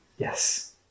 Yes